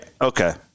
Okay